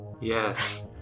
Yes